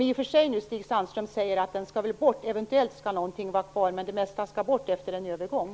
I och för sig säger han ju nu att det mesta av den skall bort. Eventuellt skall någonting vara kvar, men han säger att det mesta skall bort efter en genomgång.